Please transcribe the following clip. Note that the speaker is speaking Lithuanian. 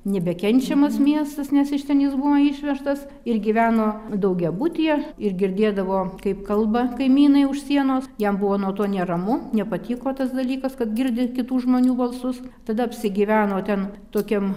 nebekenčiamas miestas nes iš ten jis buvo išvežtas ir gyveno daugiabutyje ir girdėdavo kaip kalba kaimynai už sienos jam buvo nuo to neramu nepatiko tas dalykas kad girdi kitų žmonių balsus tada apsigyveno ten tokiam